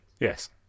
Yes